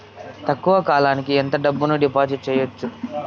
తక్కువ కాలానికి ఎంత డబ్బును డిపాజిట్లు చేయొచ్చు?